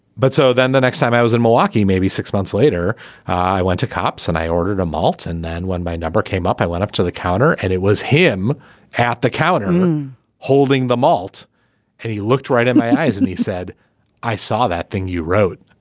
but so then the next time i was in milwaukee maybe six months later i went to cops and i ordered a malt. and then when my number came up i went up to the counter and it was him at the counter holding the malt and he looked right in my eyes and he said i saw that thing you wrote